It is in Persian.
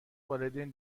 والدین